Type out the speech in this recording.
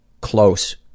close